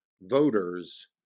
voters